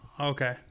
Okay